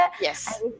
Yes